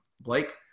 Blake